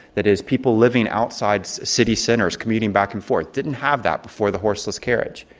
that is, people living outside city centres, commuting back and forth. didn't have that before the horseless carriage.